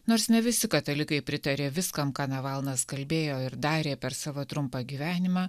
nors ne visi katalikai pritarė viskam ką navalnas kalbėjo ir darė per savo trumpą gyvenimą